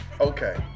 Okay